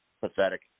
Pathetic